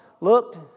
looked